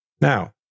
now